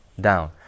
down